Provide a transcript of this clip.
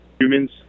humans